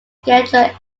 scheduled